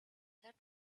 that